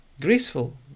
graceful